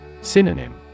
Synonym